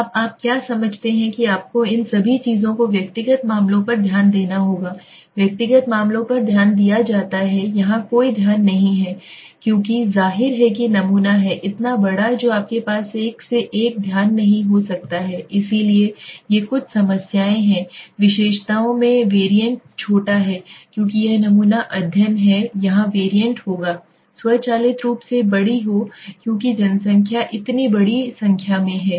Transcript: अब आप क्या समझते हैं कि आपको इन सभी चीजों को व्यक्तिगत मामलों पर ध्यान देना होगा व्यक्तिगत मामलों पर ध्यान दिया जाता है यहां कोई ध्यान नहीं है क्योंकि जाहिर है कि नमूना है इतना बड़ा तो आपके पास एक से एक ध्यान नहीं हो सकता है इसलिए ये कुछ समस्याएं हैं विशेषताओं में वेरिएंट छोटा है क्योंकि यह नमूना अध्ययन है यहां वेरिएंट होगा स्वचालित रूप से बड़ी हो क्योंकि जनसंख्या इतनी बड़ी संख्या में है